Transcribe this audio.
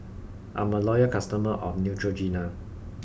I'm a loyal customer of Neutrogena